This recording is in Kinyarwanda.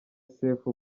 sefu